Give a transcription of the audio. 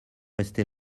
rester